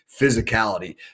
physicality